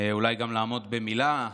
אולי גם לעמוד במילה,